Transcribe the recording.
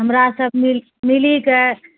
हमरासब मिली कए